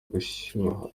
gushyuha